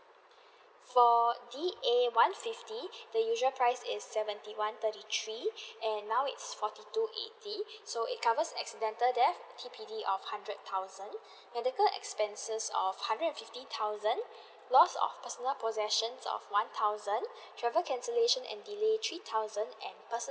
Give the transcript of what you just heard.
for D_A one fifty the usual price is seventy one thirty three and now it's forty two eighty so it covers accidental death T_P_D of hundred thousand medical expenses of hundred and fifty thousand lost of personal possessions of one thousand travel cancellation and delayed three thousand and personal